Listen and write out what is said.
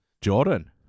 Jordan